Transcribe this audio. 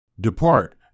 Depart